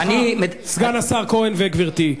סליחה, סגן השר כהן וגברתי.